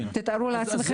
נכון,